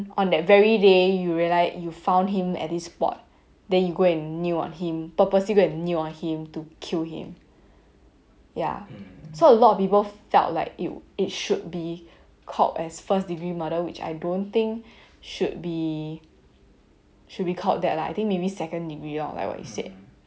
on that very day you realise you found him at this spot then you go and kneel on him purposely go and kneel on him to kill him ya so a lot of people felt it it should be called as first degree murder which I don't think should be should called that lah I think maybe second degree orh like that you said